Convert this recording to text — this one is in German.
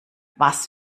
was